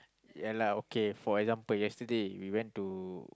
yeah lah okay for example yesterday we went to